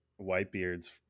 whitebeard's